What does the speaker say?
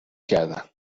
کردم